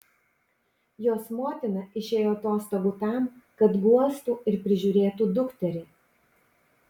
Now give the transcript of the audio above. jos motina išėjo atostogų tam kad guostų ir prižiūrėtų dukterį